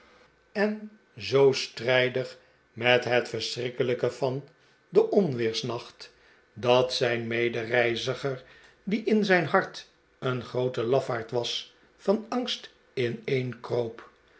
en zoo strijdig met het verschrikkelijke van den onweersnacht dat zijn medereiziger die in zijn hart een groote lafaard was van angst ineenkroop